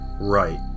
Right